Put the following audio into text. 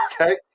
Okay